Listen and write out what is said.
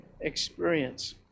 experience